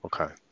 Okay